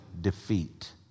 defeat